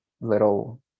little